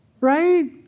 Right